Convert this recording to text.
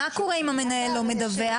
מה קורה אם המנהל לא מדווח?